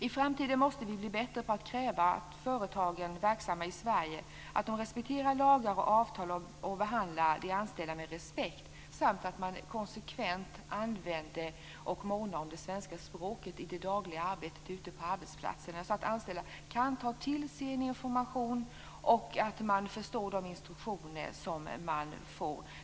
I framtiden måste vi bli bättre på att kräva att företag som är verksamma i Sverige respekterar lagar och avtal och behandlar de anställda med respekt samt att man konsekvent använder och månar om det svenska språket i det dagliga arbetet ute på arbetsplatserna, så att anställda kan ta till sig information och förstår de instruktioner som de får.